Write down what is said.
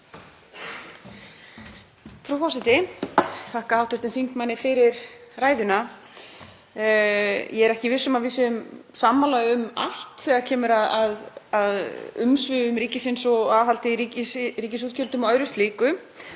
Frú forseti. Ég þakka hv. þingmanni fyrir ræðuna. Ég er ekki viss um að við séum sammála um allt þegar kemur að umsvifum ríkisins og aðhaldi í ríkisútgjöldum og öðru slíku.